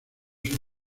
sus